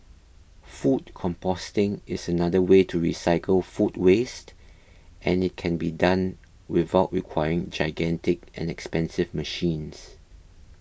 food composting is another way to recycle food waste and it can be done without requiring gigantic and expensive machines